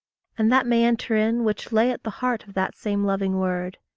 and that may enter in which lay at the heart of that same loving word.